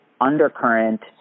undercurrent